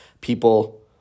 people